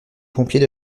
pompiers